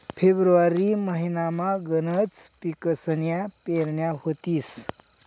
February महिनामा गनच पिकसन्या पेरण्या व्हतीस